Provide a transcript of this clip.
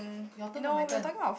your turn or my turn